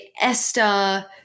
Esther